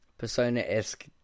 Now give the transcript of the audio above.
Persona-esque